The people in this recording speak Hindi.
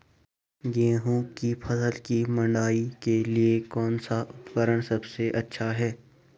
गेहूँ की फसल की मड़ाई के लिए कौन सा उपकरण सबसे अच्छा है?